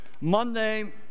Monday